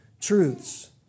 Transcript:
truths